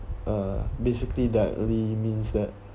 uh basically directly means that